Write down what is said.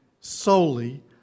solely